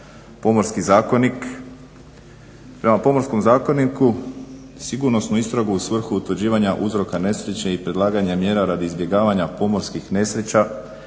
Pomorski zakonik. Prema Pomorskom zakoniku sigurnosnu istragu u svrhu utvrđivanja uzroka nesreće i predlaganje mjera radi izbjegavanja pomorskih nesreća